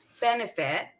benefit